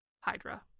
HYDRA